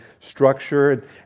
structure